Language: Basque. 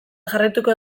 jarraituko